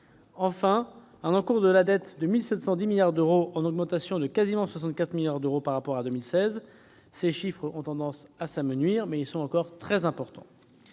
l'encours de la dette est de 1 710 milliards d'euros, en augmentation de près de 64 milliards d'euros par rapport à 2016. Ces chiffres ont tendance à se réduire, mais ils demeurent très importants.